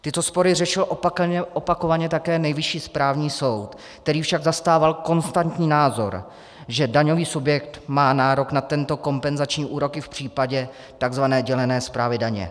Tyto spory řešil opakovaně také Nejvyšší správní soud, který však zastával konstantní názor, že daňový subjekt má nárok na tento kompenzační úrok i v případě tzv. dělené správy daně.